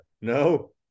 no